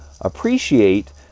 appreciate